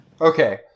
Okay